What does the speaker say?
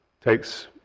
takes